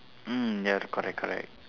mm ya correct correct